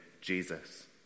Jesus